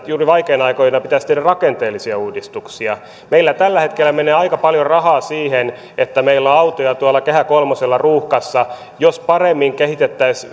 juuri vaikeina aikoina pitäisi tehdä rakenteellisia uudistuksia meillä tällä hetkellä menee aika paljon rahaa siihen että meillä on autoja tuolla kehä kolmosella ruuhkassa jos paremmin kehitettäisiin